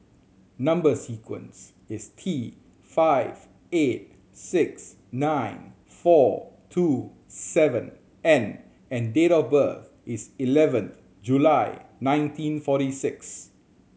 number sequence is T five eight six nine four two seven N and date of birth is eleventh July nineteen forty six